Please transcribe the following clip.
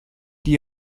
die